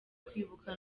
kwibuka